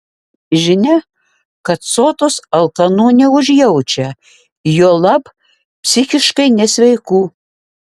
žinia kad sotūs alkanų neužjaučia juolab psichiškai nesveikų